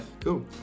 Cool